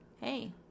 hey